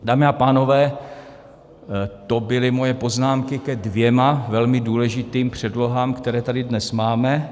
Dámy a pánové, to byly moje poznámky ke dvěma velmi důležitým předlohám, které tady dnes máme.